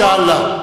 אינשאללה.